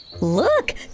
Look